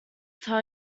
tell